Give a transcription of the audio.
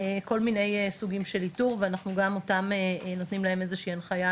כל מיני סוגים של איתור ואנחנו גם אותם נותנים להם איזושהי הנחייה